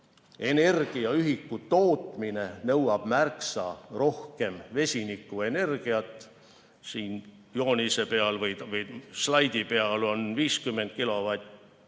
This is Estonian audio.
energiaühiku tootmine nõuab märksa rohkem vesinikuenergiat. Siin joonise peal või slaidi peal on 50